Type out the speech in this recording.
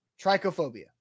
Trichophobia